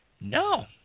No